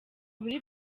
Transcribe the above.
buri